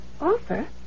Offer